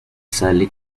sale